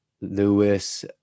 lewis